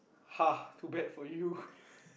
ha too bad for you